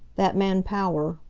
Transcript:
that man power